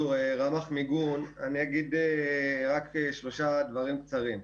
אני אגיד רק שלושה דברים קצרים: